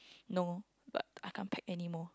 no but I can't pack anymore